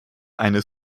eine